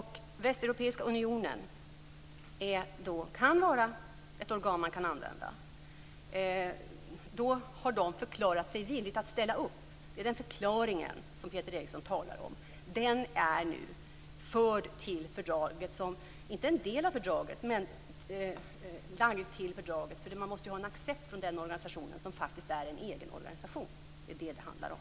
Västeuropeiska unionen kan då vara ett organ som kan användas. Där har de förklarat sig villiga att ställa upp. Det är den förklaringen som Peter Eriksson talar om. Den är nu förd till fördraget - inte som en del av fördraget men lagd till det. Man måste ju ha en accept från den organisationen, som faktiskt är en egen organisation. Det är det som det handlar om.